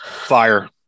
Fire